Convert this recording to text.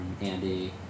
Andy